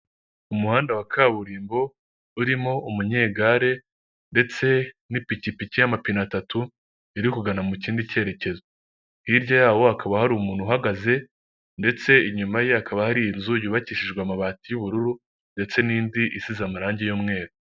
Umuhanda wa kaburimbo urimo umunyegare ndetse n'ipikipiki y'amapine atatu iri kugana mu kindi cyerekezo, hirya yawo hakaba hari umuntu uhagaze ndetse inyuma ye akaba hari inzu yubakishijwe amabati y'ubururu ndetse n'indi isize amarangi y'umweru.